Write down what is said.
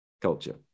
culture